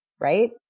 right